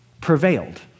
prevailed